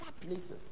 places